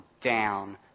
down